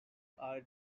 are